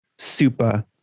super